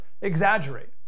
exaggerate